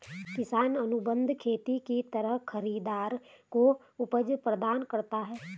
किसान अनुबंध खेती के तहत खरीदार को उपज प्रदान करता है